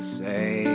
say